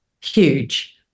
huge